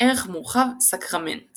ערך מורחב – סקרמנט